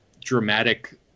dramatic